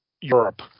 Europe